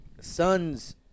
Sons